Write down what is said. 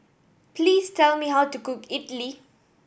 please tell me how to cook Idili